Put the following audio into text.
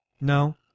No